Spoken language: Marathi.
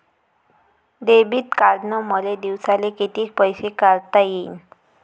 डेबिट कार्डनं मले दिवसाले कितीक पैसे काढता येईन?